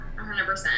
100%